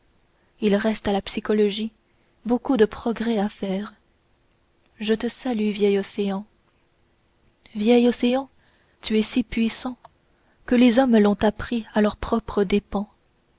il reste à la psychologie beaucoup de progrès à faire je te salue vieil océan vieil océan tu es si puissant que les hommes l'ont appris à leurs propres dépens